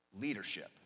leadership